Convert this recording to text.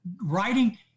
writing